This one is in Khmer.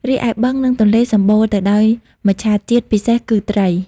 រីឯបឹងនឹងទន្លេសម្បូរទៅដោយមច្ឆាជាតិពិសេសគឺត្រី។